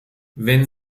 wenn